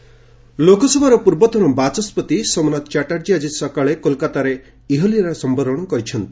ସୋମନାଥ ଲୋକସଭାର ପୂର୍ବତନ ବାଚସ୍କତି ସୋମନାଥ ଚାଟ୍ଟାର୍ଜୀ ଆଜି ସକାଳେ କୋଲ୍କାତାରେ ଇହଲୀଳା ସମ୍ଭରଣ କରିଛନ୍ତି